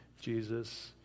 Jesus